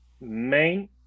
main